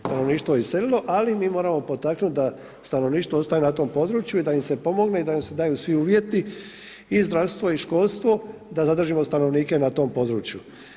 Stanovništvo je iselilo, ali mi moramo potaknuti da stanovništvo ostaje na tom području i da im se pomogne i da im se daju svi uvjeti i zdravstvo, i školstvo da zadržimo stanovnike na tom području.